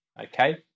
okay